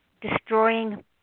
destroying